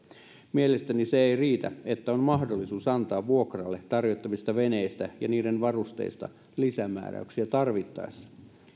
mielestäni se ei riitä että on mahdollisuus antaa vuokralle tarjottavista veneistä ja niiden varusteista lisämääräyksiä tarvittaessa